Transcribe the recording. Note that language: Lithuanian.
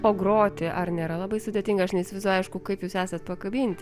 pagroti ar nėra labai sudėtinga aš neįsivaizduoju aišku kaip jūs esat pakabinti